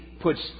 puts